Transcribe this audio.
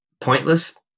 pointless